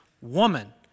woman